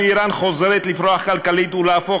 שעה שאיראן חוזרת לפרוח כלכלית ולהפוך